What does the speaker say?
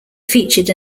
featured